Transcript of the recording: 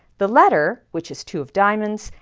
the letter which is two of diamonds,